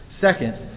Second